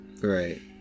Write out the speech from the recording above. right